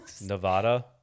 nevada